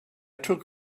took